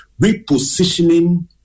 repositioning